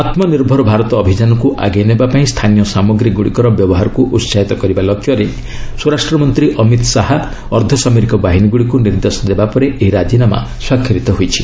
ଆତ୍ମ ନିର୍ଭର ଭାରତ ଅଭିଯାନକୁ ଆଗେଇ ନେବା ପାଇଁ ସ୍ଥାନୀୟ ସାମଗ୍ରୀ ଗୁଡ଼ିକର ବ୍ୟବହାରକୁ ଉସାହିତ କରିବା ଲକ୍ଷ୍ୟରେ ସ୍ୱରାଷ୍ଟ୍ର ମନ୍ତ୍ରୀ ଅମିତ ଶାହା ଅର୍ଦ୍ଧସାମରିକ ବାହିନୀଗୁଡ଼ିକୁ ନିର୍ଦ୍ଦେଶ ଦେବା ପରେ ଏହି ରାଜିନାମା ସ୍ୱାକ୍ଷରିତ ହୋଇଛି